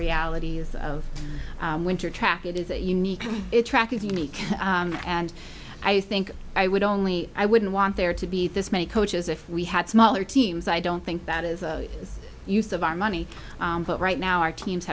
realities of winter track it is a unique track is unique and i think i would only i wouldn't want there to be this many coaches if we had smaller teams i don't think that is a use of our money but right now our teams